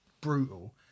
brutal